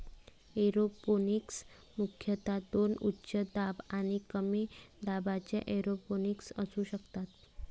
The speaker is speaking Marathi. एरोपोनिक्स मुख्यतः दोन उच्च दाब आणि कमी दाबाच्या एरोपोनिक्स असू शकतात